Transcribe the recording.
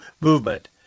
movement